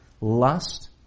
Lust